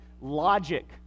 logic